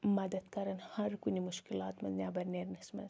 مَدد کَران ہَر کُنہِ مُشکِلات منٛز نیٚبَر نیرنَس منٛز